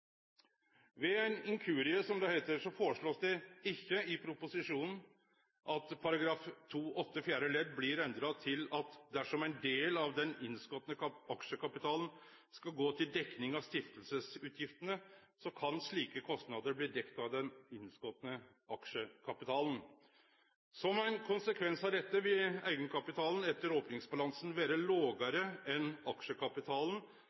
Ved ein inkurie, som det heiter, blir det ikkje foreslått i proposisjonen at § 2-8 fjerde ledd blir endra til at dersom ein del av den innskotne aksjekapitalen skal gå til dekning av stiftingsutgiftene, kan slike kostnader bli dekte av den innskotne aksjekapitalen. Som ein konsekvens av dette vil eigenkapitalen etter opningsbalansen vere lågare enn aksjekapitalen,